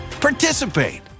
participate